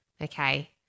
Okay